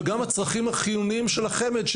וגם הצרכים החיוניים של החמ"ד,